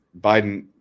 biden